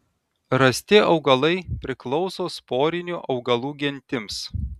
rasti augalai priklauso sporinių augalų gentims